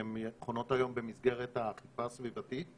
שהן חונות היום במסגרת האכיפה הסביבתית,